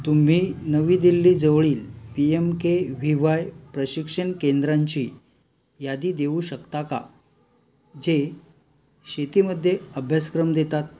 तुम्ही नवी दिल्ली जवळील P M K V Y प्रशिक्षण केंद्रांची यादी देऊ शकता का जे शेतीमध्ये अभ्यासक्रम देतात